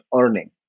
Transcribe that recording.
earning